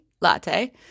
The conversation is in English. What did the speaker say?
latte